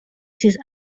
sis